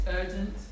urgent